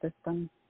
system